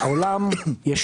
בעולם יש